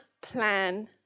plan